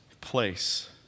place